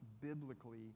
biblically